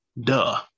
duh